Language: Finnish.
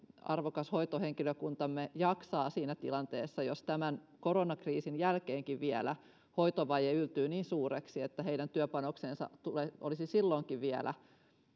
arvokas hoitohenkilökuntamme jaksaa siinä tilanteessa jos tämän koronakriisin jälkeenkin hoitovaje yltyy niin suureksi että heidän työpanokselleen olisi silloinkin vielä